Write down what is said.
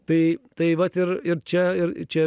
tai tai vat ir ir čia ir čia